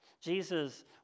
Jesus